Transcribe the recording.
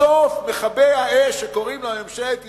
בסוף מכבי האש, שקוראים לו ממשלת ישראל,